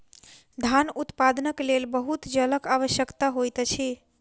धान उत्पादनक लेल बहुत जलक आवश्यकता होइत अछि